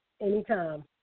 Anytime